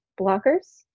blockers